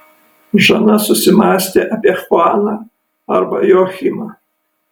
žana susimąstė apie chuaną arba joachimą